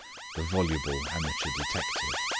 the voluble amateur detective.